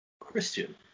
Christian